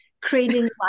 creating